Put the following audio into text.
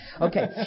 okay